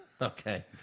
Okay